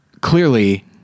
clearly –